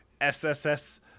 SSS